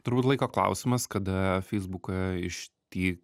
turbūt laiko klausimas kada feisbuką išty